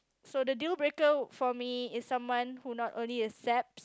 so the deal breaker for me is someone who not only accept